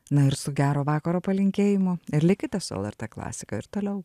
na ir su gero vakaro palinkėjimu ir likite su lrt klasika ir toliau